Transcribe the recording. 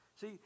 See